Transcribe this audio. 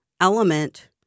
element